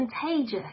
contagious